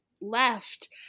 left